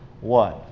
One